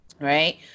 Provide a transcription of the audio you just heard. Right